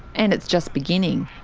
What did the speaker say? and it's just beginning.